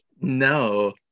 no